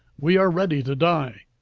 we are ready to die,